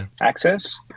access